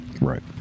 Right